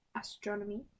astronomy